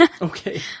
Okay